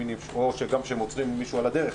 גם כשהם עוצרים מישהו על הדרך,